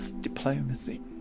diplomacy